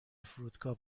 فرودگاه